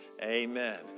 Amen